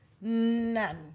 none